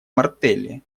мартелли